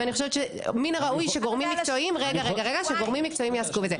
ואני חושבת שמן הראוי שגורמים מקצועיים יעסקו בזה.